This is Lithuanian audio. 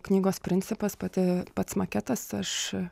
knygos principas pati pats maketas aš